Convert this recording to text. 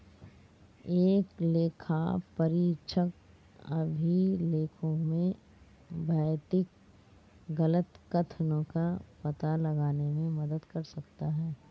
एक लेखापरीक्षक अभिलेखों में भौतिक गलत कथनों का पता लगाने में मदद कर सकता है